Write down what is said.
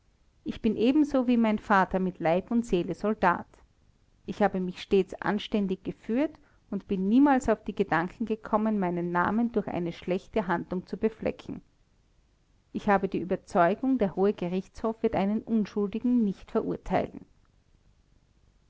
ich bin ebenso wie mein vater mit leib und seele soldat ich habe mich stets anständig geführt und bin niemals auf den gedanken gekommen meinen namen durch eine schlechte handlung zu beflecken ich habe die überzeugung der hohe gerichtshof wird einen unschuldigen nicht verurteilen